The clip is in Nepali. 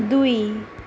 दुई